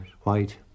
white